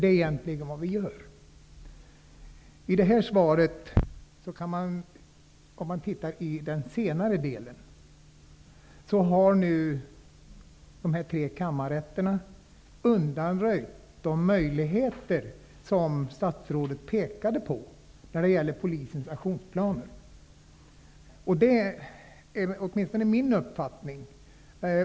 Det är ju vad som egentligen sker. Enligt vad som sägs i den senare delen av svaret har alltså tre kammarrätter undanröjt de möjligheter som statsrådet pekat på när det gäller Polisens aktionsplaner. Det är i varje fall min uppfattning.